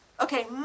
Okay